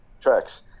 tracks